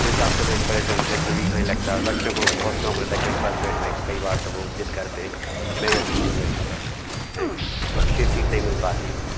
हिसाब से एक पर्यटन क्षेत्र भी लगता है बच्चों को बहुत शौक रहता है खिड़की के पास बैठने का कई बार तब वो जिद करते हैं मैं बैठूँगा मैं बैठूँगा और फिर सीट नहीं मिल पाती